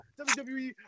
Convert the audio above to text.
WWE